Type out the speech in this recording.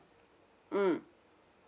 mm